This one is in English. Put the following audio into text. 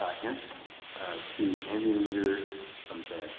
hints to andean reader i'm sorry.